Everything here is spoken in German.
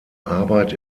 arbeit